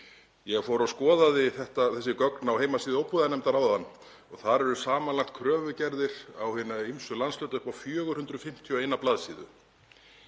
Ég fór og skoðaði þessi gögn á heimasíðu óbyggðanefndar áðan og þar eru samanlagt kröfugerðir á hina ýmsu landshluta upp á 451 blaðsíðu.